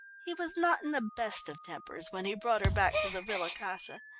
he was not in the best of tempers when he brought her back to the villa casa,